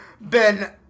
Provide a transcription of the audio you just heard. Ben